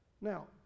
Now